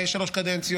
הצעת החוק.